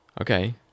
Okay